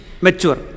mature